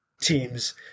teams